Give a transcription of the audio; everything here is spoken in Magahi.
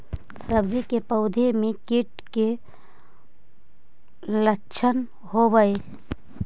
सब्जी के पौधो मे कीट के लच्छन होबहय?